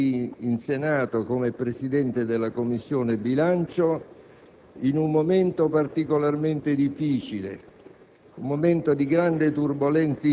da lui svolta, qui in Senato, come Presidente della Commissione bilancio. In un momento particolarmente difficile